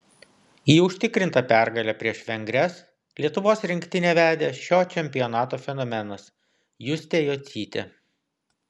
į užtikrintą pergalę prieš vengres lietuvos rinktinę vedė šio čempionato fenomenas justė jocytė